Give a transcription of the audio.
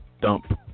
Dump